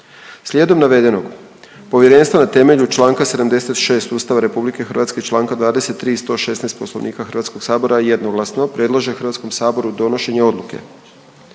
Slijedom navedenog povjerenstvo na temelju Članaka 9. i stavka 2. i 116. Poslovnika Hrvatskog sabora jednoglasno predlaže Hrvatskom saboru donošenje Odluke